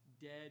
dead